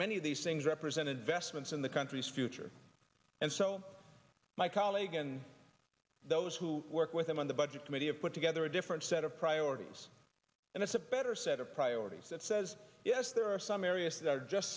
many of these things represented vestments in the country's future and so my colleague and those who work with him on the budget committee a put together a different set of priorities and it's a better set of priorities that says yes there are some areas that are just